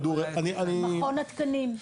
מכון התקנים.